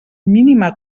mínima